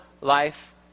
life